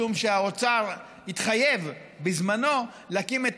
משום שהאוצר התחייב בזמנו להקים את